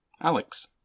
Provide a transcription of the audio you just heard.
Alex